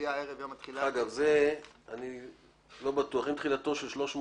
מציע לדחות את התחילה ל-1